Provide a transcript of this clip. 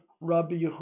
Rabbi